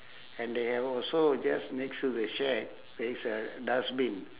and they have also just next to the shack there is a dustbin